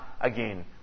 again